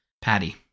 Patty